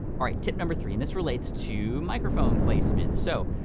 all right, tip number three, and this relates to microphone placement. so,